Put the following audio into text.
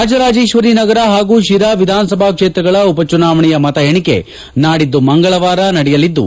ರಾಜರಾಜೇಶ್ವರಿನಗರ ಹಾಗೂ ಶಿರಾ ವಿಧಾನಸಭಾ ಕ್ಷೇತ್ರಗಳ ಉಪಚುನಾವಣೆಯ ಮತ ಎಣಿಕೆ ನಾಡಿದ್ದು ಮಂಗಳವಾರ ನಡೆಯಲಿದ್ದು